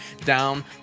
Down